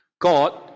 God